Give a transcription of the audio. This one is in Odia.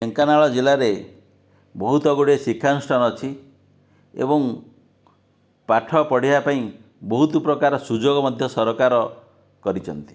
ଢେଙ୍କାନାଳ ଜିଲ୍ଲାରେ ବହୁତ ଗୁଡ଼େ ଶିକ୍ଷାନୁଷ୍ଠାନ ଅଛି ଏବଂ ପାଠ ପଢ଼ିବା ପାଇଁ ବହୁତ ପ୍ରକାର ସୁଯୋଗ ମଧ୍ୟ ସରକାର କରିଛନ୍ତି